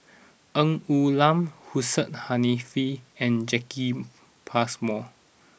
Ng Woon Lam Hussein Haniff and Jacki Passmore